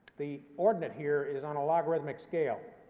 the ordinate here is on a logarithmic scale,